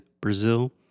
Brazil